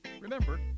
Remember